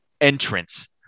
entrance